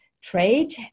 trade